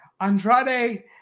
Andrade